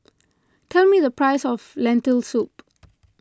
tell me the price of Lentil Soup